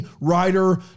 writer